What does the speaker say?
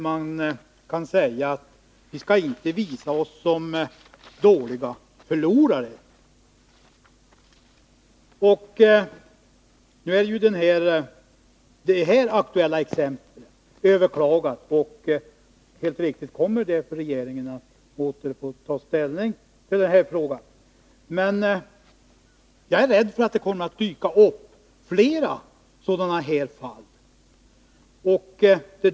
Man säger ju att vi inte skall visa oss som dåliga förlorare. Nu är det här aktuella ärendet överklagat, och helt riktigt kommer regeringen att åter få ta ställning till frågan. Men jag är rädd för att det blir fler fall av det här slaget.